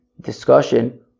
discussion